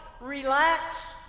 Relax